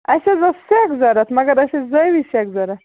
اسہِ حظ ٲس سَیٚکَھ ضوٚرتھ مگر اسہِ چھِ زٲوِج سیکَھ ضوٚرَتھَ